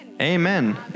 Amen